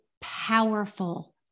powerful